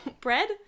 bread